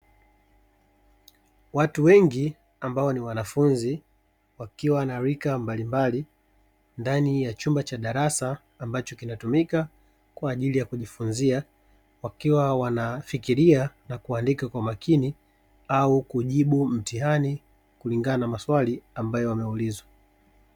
Watu wengi ambao ni wanafunzi, wakiwa na rika mbalimbali ndani ya chumba cha darasa ambacho kinatumika kwa ajili ya kujifunzia, wakiwa wanafikiria na kuandika kwa makini au kujibu mtihani kulingana na maswali ambayo wameulizwa.